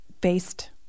based